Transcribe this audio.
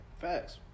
Facts